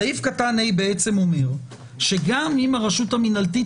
סעיף קטן (ב) בעצם אומר שגם אם הרשות המנהלתית